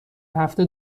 هفته